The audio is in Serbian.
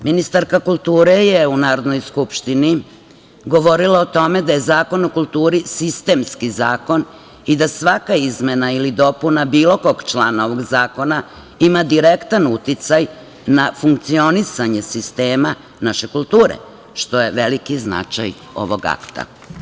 Ministarka kulture je u Narodnoj skupštini govorila o tome da je Zakon o kulturi sistemski zakon i da svaka izmena ili dopuna bilo kog člana ovog zakona ima direktan uticaj na funkcionisanje sistema naše kulture, što je veliki značaj ovog akta.